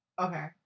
okay